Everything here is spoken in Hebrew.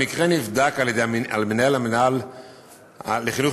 המקרה נבדק על-ידי מנהל המינהל לחינוך